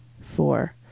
four